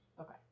Okay